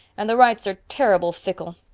and the wrights are terrible fickle.